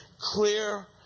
clear